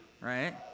right